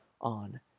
on